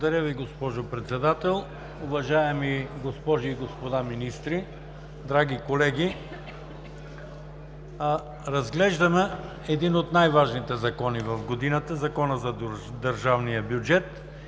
Благодаря Ви, госпожо Председател. Уважаеми госпожи и господа министри, драги колеги! Разглеждаме един от най-важните закони за годината – Закона за държавния бюджет,